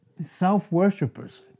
Self-worshippers